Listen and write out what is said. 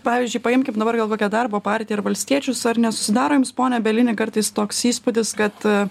pavyzdžiui paimkim dabar gal kokia darbo partija ir valstiečius ar nesusidaro jums pone bielini kartais toks įspūdis kad